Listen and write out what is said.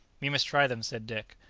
we must try them, said dick.